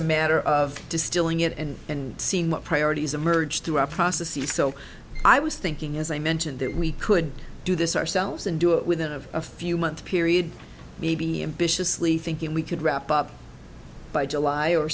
a matter of distilling it and and seeing what priorities emerge through our processes so i was thinking as i mentioned that we could do this ourselves and do it within a few months period maybe ambitiously thinking we could wrap up by july or